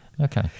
Okay